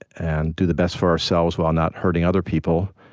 and do the best for ourselves while not hurting other people.